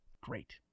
Great